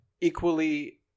equally